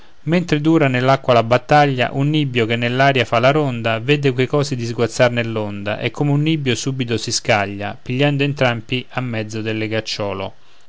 mentre dura nell'acqua la battaglia un nibbio che nell'aria fa la ronda vede quei cosi diguazzar nell'onda e come un nibbio subito si scaglia pigliando entrambi a mezzo del legacciolo